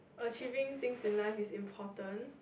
achieving things in life is important